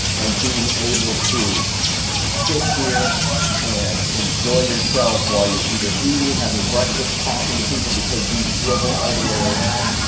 and being able to sit here and enjoy yourself, while you're either eating, having breakfast, talking to people, because these swivel all the way around.